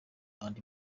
andi